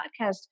podcast